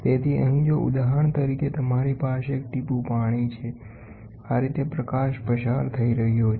તેથી અહીં જો ઉદાહરણ તરીકે તમારી પાસે એક ટીપું પાણી છે આ રીતે પ્રકાશ પસાર થઈ રહ્યો છે